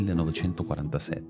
1947